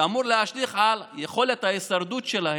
שאמור להשליך על יכולת ההישרדות שלהם.